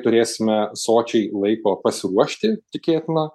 turėsime sočiai laiko pasiruošti tikėtina